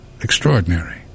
Extraordinary